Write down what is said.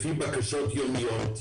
לפי בקשות יומיות,